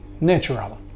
natural